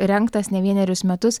rengtas ne vienerius metus